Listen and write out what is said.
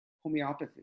homeopathy